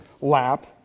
lap